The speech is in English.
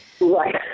Right